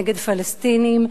נגד פלסטינים,